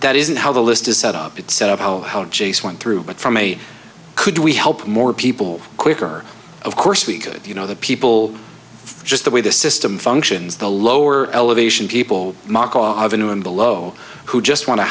that isn't how the list is set up it's set up how chase went through but for me could we help more people quicker of course we could you know the people just the way the system functions the lower elevation people mako of a new and below who just want a